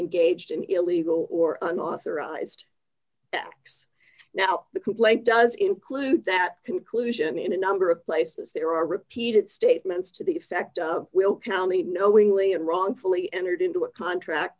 engaged in illegal d or unauthorized acts now the complaint does include that conclusion in a number of places there are repeated statements to the effect will county knowingly and wrongfully entered into a contract